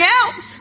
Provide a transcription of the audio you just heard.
else